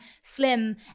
slim